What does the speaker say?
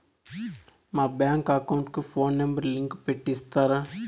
మా bank account కు phone number link పెట్టి ఇస్తారా?